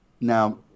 Now